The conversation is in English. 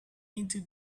into